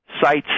sites